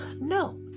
No